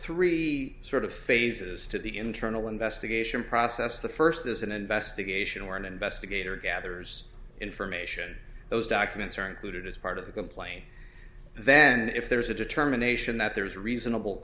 three sort of phases to the internal investigation process the first is an investigation or an investigator gathers information those documents are included as part of the complaint then if there's a determination that there is reasonable